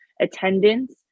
attendance